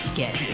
get